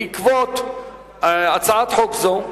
בעקבות הצעת חוק זו,